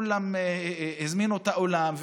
הזמינו את האולם,